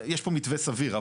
יש פה מתווה סביר.